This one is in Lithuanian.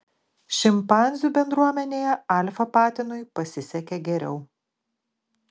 šimpanzių bendruomenėje alfa patinui pasisekė geriau